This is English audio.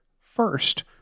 first